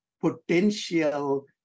potential